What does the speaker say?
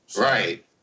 right